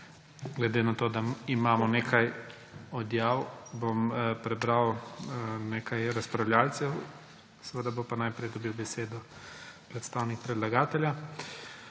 Glede na to, da imamo nekaj odjav, bom prebral nekaj razpravljavcev. Seveda bo pa najprej dobil besedo predstavnik predlagatelja.